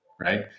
right